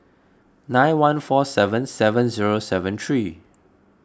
nine one four seven seven zero seven three